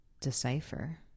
decipher